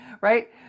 Right